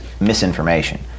misinformation